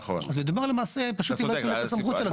אז מדובר למעשה פשוט --- הסמכות שלה,